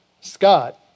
Scott